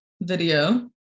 video